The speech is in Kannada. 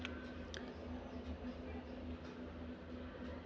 ಪಶುವೈದ್ಯ ಸೇವಾ ಇಲಾಖೆಯ ಸೇವೆಗಳ ಬಗ್ಗೆ ಗೊತ್ತೇ?